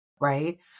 Right